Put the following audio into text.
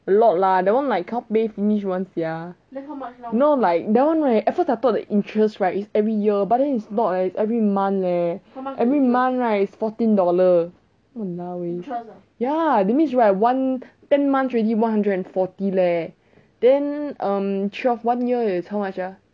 a lot lah that one like cannot pay finish [one] sia you know like that one like at first I thought the interest right is every year but then it's not it's every month leh every month it's fourteen dollars !walao! eh ya that means right one ten months already one hundred and forty leh then err twelve one year is how much ah